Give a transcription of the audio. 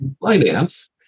Finance